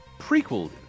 prequel